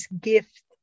gift